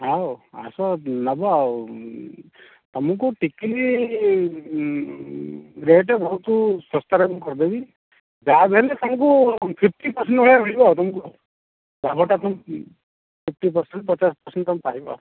ହେଉ ଆସ ନେବ ଆଉ ତୁମକୁ ଟିକିଲି ରେଟ୍ ବହୁତ ଶସ୍ତାରେ ମୁଁ କରିଦେବି ଯାହାବି ହେଲେ ତୁମକୁ ଫିଫ୍ଟି ପରସେଣ୍ଟ୍ ଭଳିଆ ମିଳିବ ଆଉ ତୁମକୁ ଆଉ ଲାଭଟା ତୁମେ ଫିଫ୍ଟି ପରସେଣ୍ଟ୍ ପଚାଶ ପରସେଣ୍ଟ୍ ତୁମେ ପାଇବ